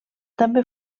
també